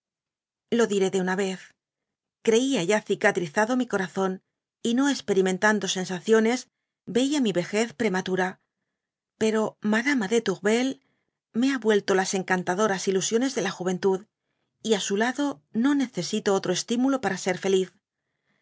lo diré de una tez creia ya cicacitrado mi corazón y no esperimentando sensaciones y veía mi vejez prematura pero mada ma de tourvel me ha tuelto las encantadoras ilusiones de la juyentud y á su lado no necesito otro estimulo para ser feliz